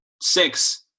six